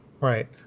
Right